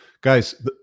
Guys